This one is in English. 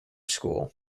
school